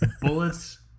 Bullets